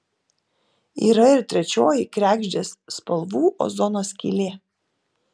yra ir trečioji kregždės spalvų ozono skylė